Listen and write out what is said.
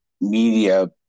media